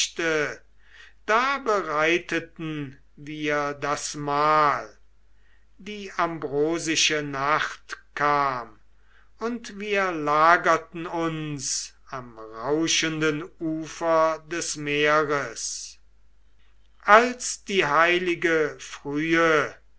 da bereiteten wir das mahl die ambrosische nacht kam und wir lagerten uns am rauschenden ufer des meeres als die heilige frühe